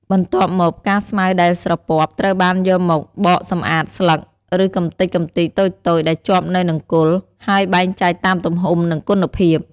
បន្ទាប់មកផ្កាស្មៅដែលស្រពាប់ ត្រូវបានយកមកបកសម្អាតស្លឹក ឬកម្ទេចកំទីតូចៗដែលជាប់នៅនឹងគល់ ហើយបែងចែកតាមទំហំ និងគុណភាព។